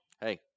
Hey